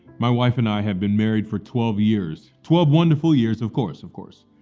my wife and i have been married for twelve years, twelve wonderful years of course, of course.